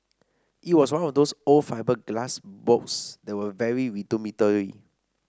it was one of those old fibreglass boats that were very rudimentary